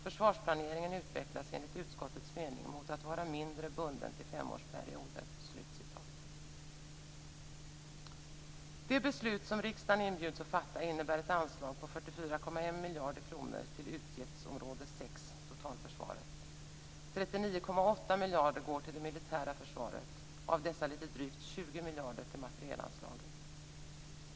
Försvarsplaneringen utvecklas enligt utskottets mening mot att vara mindre bunden till femårsperioder." Det beslut som riksdagen inbjuds att fatta innebär ett anslag på 44,1 miljarder kronor till utgiftsområde 6, totalförsvaret. 39,8 miljarder går till det militära försvaret, och av dessa lite drygt 20 miljarder till materielanslaget.